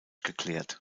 geklärt